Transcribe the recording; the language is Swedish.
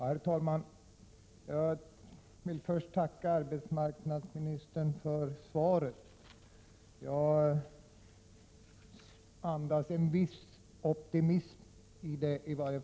Herr talman! Jag vill först tacka arbetsmarknadsministern för svaret, som jag tycker andas en viss optimism.